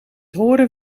horen